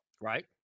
Right